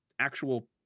actual